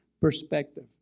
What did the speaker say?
perspective